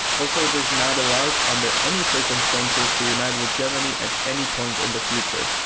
also it is not allowed under any circumstances to unite with germany at any point in the future.